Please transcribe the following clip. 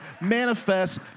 manifest